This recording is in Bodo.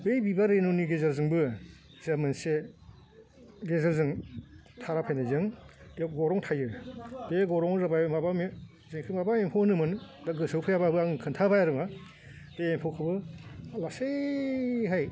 बे बिबार रेनुनि गेजेरजोंबो जों मोनसे गेजेरजों थारा फैनायजों बे गरं थायो बे गरङाव जाबाय माबानि जेखौ माबा एम्फौ होनोमोन दा गोसोआव फैयाबाबो आं खोनथाबाय आरोमा बे एम्फौखौबो लासैहाय